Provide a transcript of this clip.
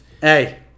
Hey